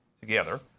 together